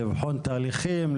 לבחון תהליכים,